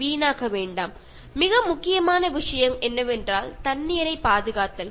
മറ്റൊരു പ്രധാനപ്പെട്ട കാര്യം ജലസംരക്ഷണമാണ്